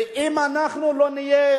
ואם אנחנו לא נהיה,